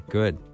good